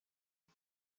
jag